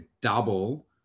double